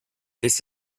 this